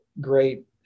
great